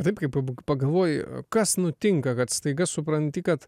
taip kaip pagalvoji kas nutinka kad staiga supranti kad